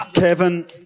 Kevin